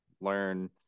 learn